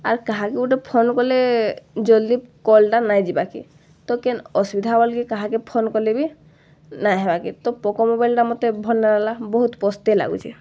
ଆର୍ କାହାକେ ଗୁଟେ ଫୋନ୍ କଲେ ଜଲ୍ଦି କଲ୍ଟା ନାଇଁ ଯିବାକେ ତ କେନ୍ ଅସୁବିଧା ହେଲା ବୋଲେ କାହାକେ ଫୋନ୍ କଲେ ବି ନାଇଁ ହେବାକେ ତୋ ପୋକୋ ମୋବାଇଲ୍ଟା ଭଲ୍ ନାଇଁ ଲାଗ୍ଲା ବହୁତ୍ ପସ୍ତେଇ ଲାଗୁଛେ